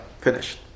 finished